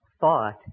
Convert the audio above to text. thought